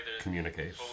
communicate